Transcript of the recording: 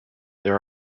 there